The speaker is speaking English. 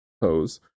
pose